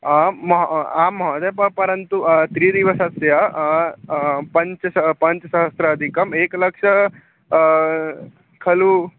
आं मह् आं महोदय प परन्तु त्रिदिवसस्य पञ्च् पञ्चसहस्राधिकम् एकलक्षं खलु